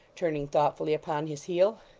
turning thoughtfully upon his heel.